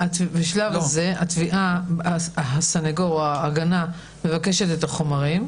זה, הסניגור או ההגנה מבקשים את החומרים,